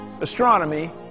astronomy